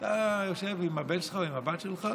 אתה יושב עם הבן שלך, עם הבת שלך